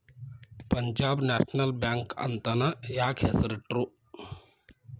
Punjab National Bank ಅಂತನ ಯಾಕ್ ಹೆಸ್ರಿಟ್ರು?